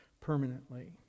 permanently